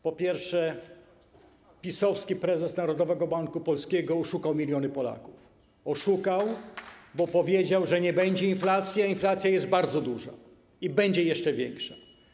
Po pierwsze, PiS-owski prezes Narodowego Banku Polskiego oszukał miliony Polaków, oszukał, bo powiedział, że nie będzie inflacji, a inflacja jest bardzo duża i będzie jeszcze większa.